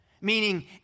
Meaning